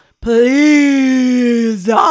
Please